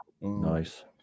nice